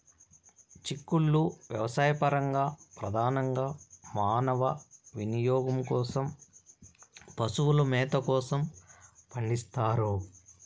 చిక్కుళ్ళు వ్యవసాయపరంగా, ప్రధానంగా మానవ వినియోగం కోసం, పశువుల మేత కోసం పండిస్తారు